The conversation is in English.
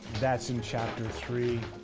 that's in chapter three.